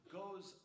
goes